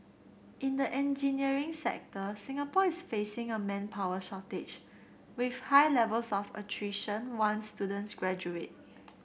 in the engineering sector Singapore is facing a manpower shortage with high levels of attrition once students graduate